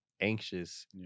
anxious